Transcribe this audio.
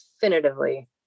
definitively